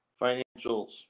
Financials